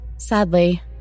Sadly